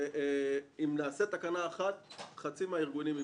שאם נעשה תקנה אחת חצי מהארגונים ייפלו.